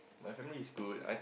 my family is good I think